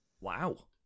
Wow